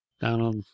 Donald